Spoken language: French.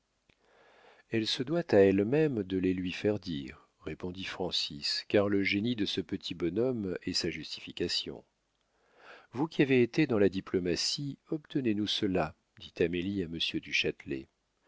elle se doit à elle-même de les lui faire dire répondit francis car le génie de ce petit bonhomme est sa justification vous qui avez été dans la diplomatie obtenez nous cela dit amélie à monsieur